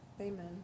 Amen